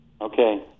Okay